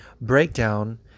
breakdown